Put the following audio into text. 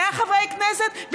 100 חברי כנסת,